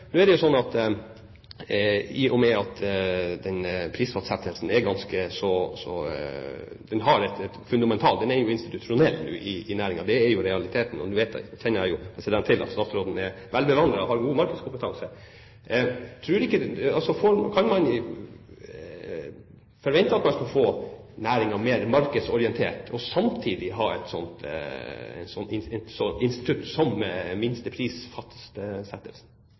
Nå er det slik at prisfastsettelsen er institusjonell i næringen, det er jo realiteten. Jeg kjenner til at statsråden har god markedskompetanse. Kan man forvente å få næringen mer markedsorientert og samtidig ha et slikt institutt som